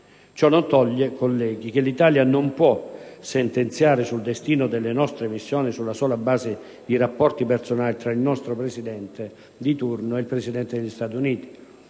ciò non toglie, colleghi, che l'Italia non può sentenziare sul destino delle nostre missioni sulla sola base dei rapporti personali tra il nostro Presidente del Consiglio di turno e il Presidente degli Stati Uniti,